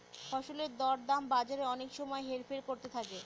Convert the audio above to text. ফসলের দর দাম বাজারে অনেক সময় হেরফের করতে থাকে